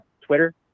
Twitter